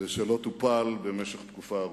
ושלא טופל במשך תקופה ארוכה.